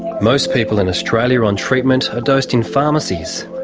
most people in australia on treatment are dosed in pharmacies.